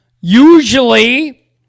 usually